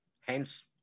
Hence